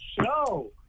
Show